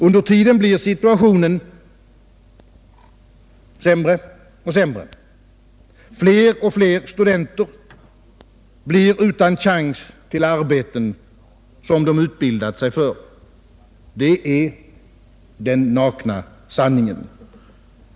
Under tiden blir situationen sämre och sämre. Fler och fler studenter blir utan chans till arbeten som de utbildat sig för. Det är den nakna sanningen.